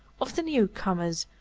of the new-comers,